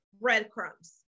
breadcrumbs